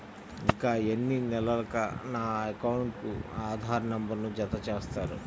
ఇంకా ఎన్ని నెలలక నా అకౌంట్కు ఆధార్ నంబర్ను జత చేస్తారు?